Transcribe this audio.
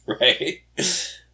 Right